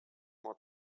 more